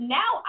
now